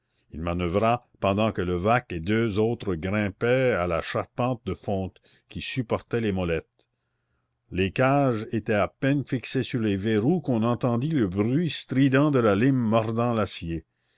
il manoeuvra pendant que levaque et deux autres grimpaient à la charpente de fonte qui supportait les molettes les cages étaient à peine fixées sur les verrous qu'on entendit le bruit strident de la lime mordant l'acier